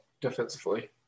defensively